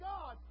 God